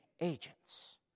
agents